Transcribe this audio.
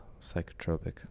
psychotropic